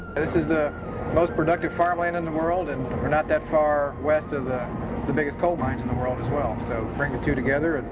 this is the most productive farmland in the world and we're not that far west of the the biggest coal mines in the world, as well. so, bring the two together and